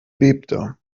bebte